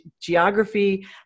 geography